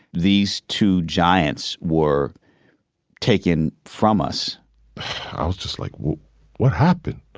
these two giants were taken from us i was just like well what happened